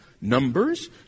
Numbers